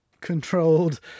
controlled